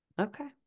Okay